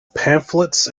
pamphlets